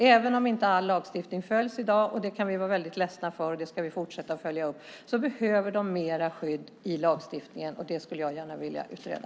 Även om inte all lagstiftning följs i dag - och det kan vi vara väldigt ledsna för, och det ska vi fortsätta att följa upp - behöver de mer skydd i lagstiftningen, och det skulle jag gärna vilja utreda.